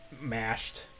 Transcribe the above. mashed